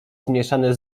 zmieszane